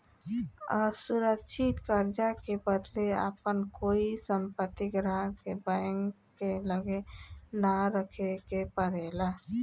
असुरक्षित कर्जा के बदले आपन कोई संपत्ति ग्राहक के बैंक के लगे ना रखे के परेला